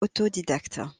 autodidacte